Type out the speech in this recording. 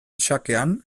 xakean